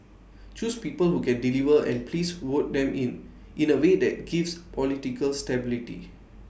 choose people who can deliver and please vote them in in A way that gives political stability